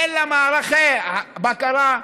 אין לה מערכי בקרה,